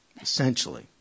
essentially